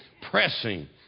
pressing